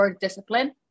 discipline